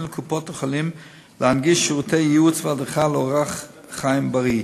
לקופות-החולים להנגיש שירותי ייעוץ והדרכה לאורח חיים בריא.